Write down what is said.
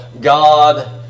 God